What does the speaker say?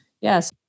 Yes